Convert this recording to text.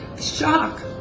Shock